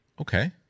Okay